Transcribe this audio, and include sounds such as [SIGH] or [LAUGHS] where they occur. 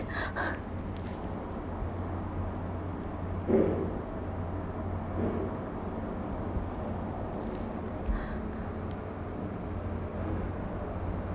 [LAUGHS]